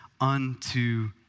unto